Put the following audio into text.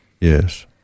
Yes